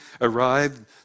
arrived